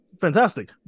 fantastic